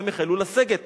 והם החלו לסגת.